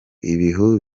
imibu